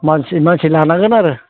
मानसि लानांगोन आरो